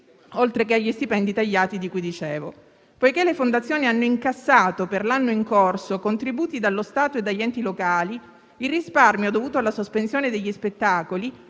oltre che agli stipendi tagliati di cui dicevo. Poiché le fondazioni hanno incassato per l'anno in corso contributi dallo Stato e dagli enti locali, il risparmio dovuto alla sospensione degli spettacoli,